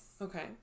okay